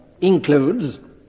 includes